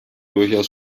durchaus